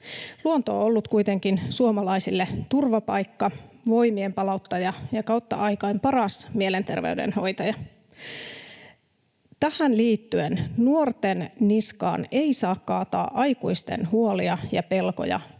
Luonto on ollut kuitenkin suomalaisille turvapaikka, voimien palauttaja ja kautta aikain paras mielenterveyden hoitaja. Tähän liittyen nuorten niskaan ei saa kaataa aikuisten huolia ja pelkoja